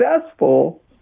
successful